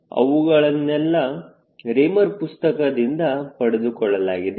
ಇವೆಲ್ಲವುಗಳನ್ನು ರೇಮರ್ ಪುಸ್ತಕದಿಂದ ತೆಗೆದುಕೊಳ್ಳಲಾಗಿದೆ